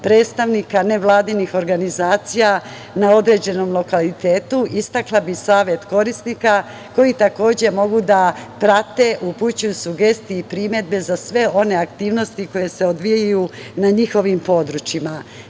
predstavnika nevladinih organizacija na određenom lokalitetu, istakla bih savet korisnika koji takođe mogu da prate, upućuju sugestije i primedbe za sve one aktivnosti koje se odvijaju na njihovim područjima.Međutim,